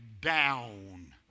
down